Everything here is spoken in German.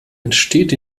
entsteht